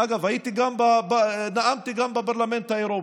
אגב, נאמתי גם בפרלמנט האירופי,